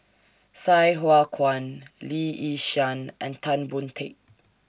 Sai Hua Kuan Lee Yi Shyan and Tan Boon Teik